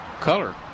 color